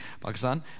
Pakistan